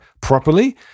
properly